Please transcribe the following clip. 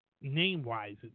name-wise